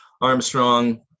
Armstrong